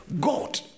God